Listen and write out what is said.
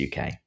UK